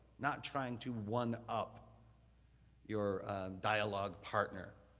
not trying to one up your dialogue partner,